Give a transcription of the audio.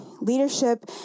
Leadership